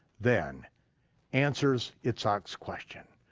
then answers yitzhak's question.